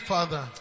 Father